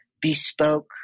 Bespoke